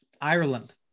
Ireland